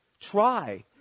try